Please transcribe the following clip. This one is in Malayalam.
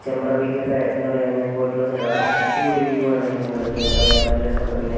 ചെമ്പ്ര പീക്ക് ഒക്കെ എന്താണ് പറയുക ഞാൻ പോയിട്ടുള്ള സ്ഥലമാണ് അടിപൊളി വ്യൂ ആണ് അതിന്റെ മുകളിലൊക്കെ എന്താണ് പറയുക നല്ലൊരു സ്ഥലമാണ് പിന്നെ